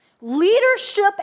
Leadership